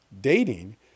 dating